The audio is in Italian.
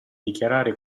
dichiarare